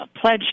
pledge